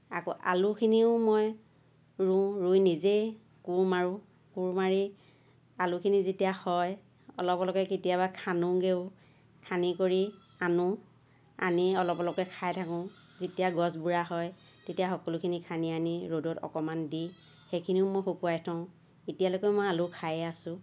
আকৌ আলুখিনিও মই ৰুওঁ ৰুই নিজেই কোৰ মাৰোঁ কোৰ মাৰি আলুখিনি যেতিয়া হয় অলপ অলপকৈ কেতিয়াবা খান্দোগেওঁ খান্দি কৰি আনোঁ আনি অলপ অলপকৈ খাই থাকোঁ যেতিয়া গছ বুঢ়া হয় তেতিয়া সকলোখিনি খান্দি আনি ৰ'দত অকণমান দি সেইখিনিও মই শুকুৱাই থওঁ এতিয়ালৈকে মই আলু খাইয়েই আছোঁ